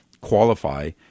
qualify